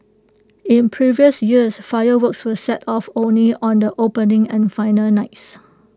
in previous years fireworks were set off only on the opening and final nights